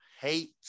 hate